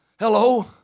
Hello